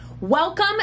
Welcome